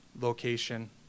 location